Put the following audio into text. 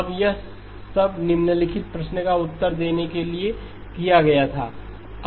अब यह सब निम्नलिखित प्रश्न का उत्तर देने के लिए किया गया था